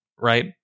right